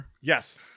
Yes